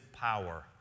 power